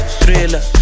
thriller